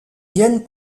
viennent